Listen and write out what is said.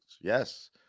Yes